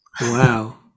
Wow